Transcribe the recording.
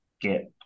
get